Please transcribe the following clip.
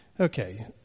Okay